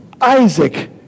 Isaac